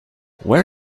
where